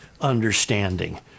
understanding